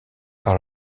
par